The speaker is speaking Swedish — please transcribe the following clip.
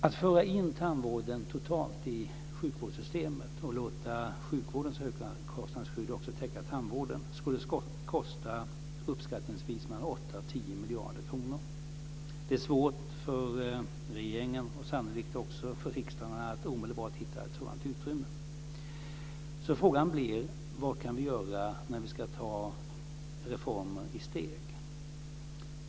Att föra in tandvården totalt i sjukvårdssystemet och låta sjukvårdens högkostnadsskydd också täcka tandvården skulle uppskattningsvis kosta mellan 8 och 10 miljarder kronor. Det är svårt för regeringen, och sannolikt också för riksdagen, att omedelbart hitta ett sådant utrymme. Frågan blir vad vi kan göra när vi ska ta reformer i steg.